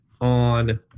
on